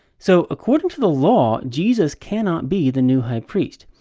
so, according to the law, jesus cannot be the new high priest.